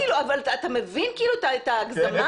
אתה מבין את ההגזמה?